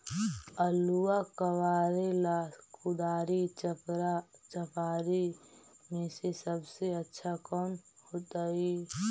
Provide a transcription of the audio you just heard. आलुआ कबारेला कुदारी, चपरा, चपारी में से सबसे अच्छा कौन होतई?